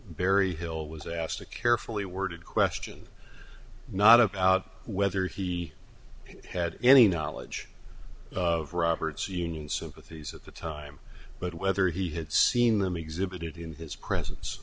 barry hill was asked a carefully worded question not about whether he had any knowledge of robert's union sympathies at the time but whether he had seen them exhibit it in his presence